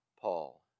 Paul